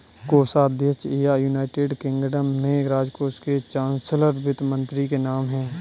कोषाध्यक्ष या, United Kingdom में, राजकोष के चांसलर वित्त मंत्री के नाम है